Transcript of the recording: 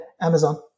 Amazon